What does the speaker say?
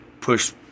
push